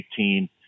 2018